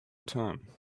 time